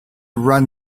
run